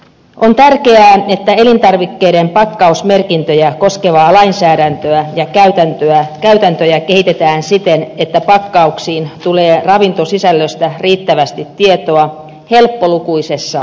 on tärkeää että elintarvikkeiden pakkausmerkintöjä koskevaa lainsäädäntöä ja käytäntöjä kehitetään siten että pakkauksiin tulee riittävästi tietoa ravintosisällöstä helppolukuisessa muodossa